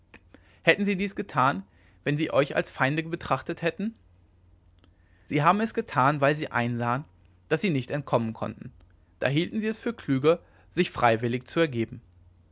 hätten sie dies getan wenn sie euch als feinde betrachtet hätten sie haben es getan weil sie einsahen daß sie nicht entkommen konnten da hielten sie es für klüger sich freiwillig zu ergeben